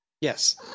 yes